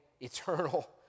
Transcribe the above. eternal